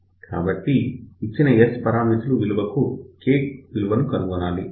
కాబట్టి ఇచ్చిన S పరామితులు విలువలకు K విలువ కనుగొనాలి